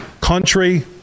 country